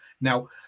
Now